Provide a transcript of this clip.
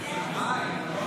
נתקבלה.